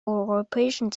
europäischen